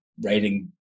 writing